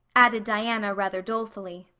added diana rather dolefully,